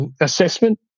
Assessment